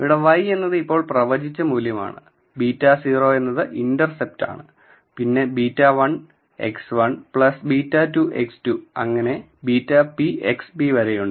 ഇവിടെ ŷ എന്നത് ഇപ്പോൾ പ്രവചിച്ച മൂല്യമാണ് β̂₀ ഇത് ഇന്റർസെപ്റ്റാണ് പിന്നെ β̂1x1 β̂2 x2 അങ്ങനെ β̂p xpവരെ ഉണ്ട്